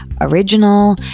original